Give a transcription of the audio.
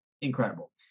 incredible